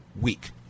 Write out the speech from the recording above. week